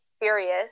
furious